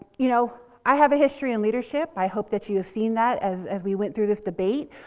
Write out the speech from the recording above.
you know, i have a history in leadership. i hope that you've seen that as as we went through this debate.